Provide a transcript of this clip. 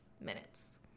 minutes